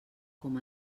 com